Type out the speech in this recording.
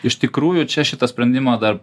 iš tikrųjų čia šitą sprendimą dar